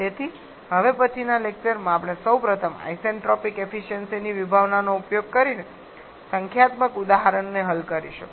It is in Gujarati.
તેથી હવે પછીના લેક્ચરમાં આપણે સૌપ્રથમ આઇસેન્ટ્રોપિક એફિસયન્સિની વિભાવનાનો ઉપયોગ કરીને સંખ્યાત્મક ઉદાહરણને હલ કરીશું